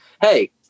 hey